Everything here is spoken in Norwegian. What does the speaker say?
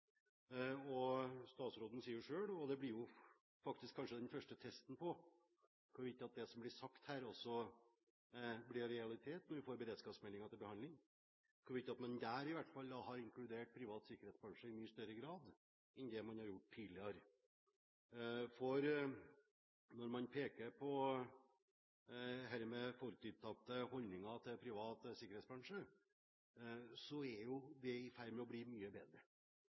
blir faktisk kanskje den første testen på hvorvidt det som blir sagt her, også blir realitet når vi får beredskapsmeldingen til behandling – hvorvidt man i hvert fall der har inkludert privat sikkerhetsbransje i mye større grad enn det man har gjort tidligere. Når man peker på dette med forutinntatte holdninger til privat sikkerhetsbransje, er det i ferd med å bli mye bedre.